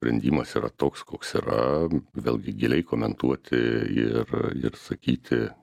sprendimas yra toks koks yra vėlgi giliai komentuoti ir ir sakyti